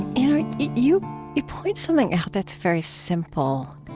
and you you point something out that's very simple,